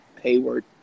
Hayward